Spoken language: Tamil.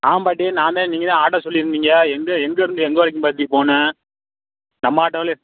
ஆ பாட்டி நானு நீங்கள் தான் ஆட்டோ சொல்லிருந்தீங்க எங்கே எங்கேருந்து எங்கே வரைக்கும் பாட்டிப் போகணும் நம்ம ஆட்டோவுலேயே